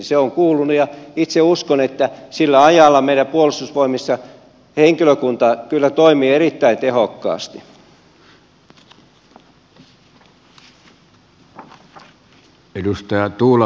se on kuulunut mukaan ja itse uskon että sillä ajalla meidän puolustusvoimissamme henkilökunta kyllä toimii erittäin tehokkaasti